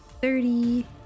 thirty